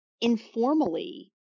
informally